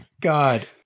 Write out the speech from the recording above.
God